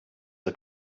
are